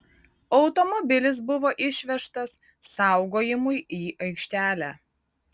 automobilis buvo išvežtas saugojimui į aikštelę